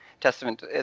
testament